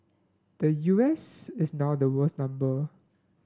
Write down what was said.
the U S is now the world's number